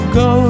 go